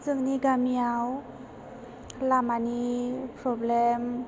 जोंनि गामियाव लामानि प्रब्लेम